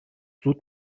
زود